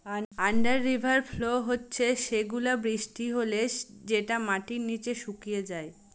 under river flow হচ্ছে সেগুলা বৃষ্টি হলে যেটা মাটির নিচে শুকিয়ে যায়